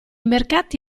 mercati